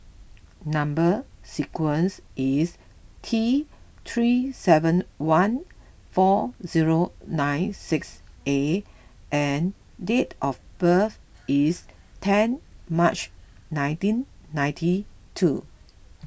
Number Sequence is T three seven one four zero nine six A and date of birth is ten March nineteen ninety two